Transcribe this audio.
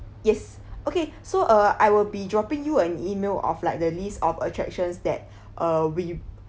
yes okay so uh I will be dropping you an email of like the lists of attractions that uh we